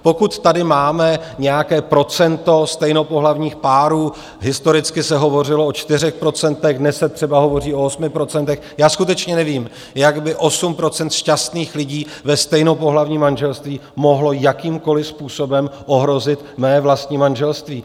Pokud tady máme nějaké procento stejnopohlavních párů, historicky se hovořilo o 4 %, dnes se třeba hovoří o 8 %, já skutečně nevím, jak by 8 % šťastných lidí ve stejnopohlavním manželství mohlo jakýmkoliv způsobem ohrozit mé vlastní manželství.